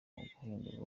guhindura